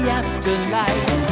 afterlife